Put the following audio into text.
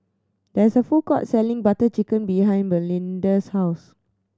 there is a food court selling Butter Chicken behind Melinda's house